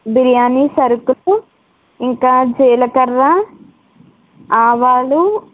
బిర్యానీ సరుకులు ఇంకా జీలకర్ర ఆవాలు